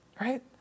right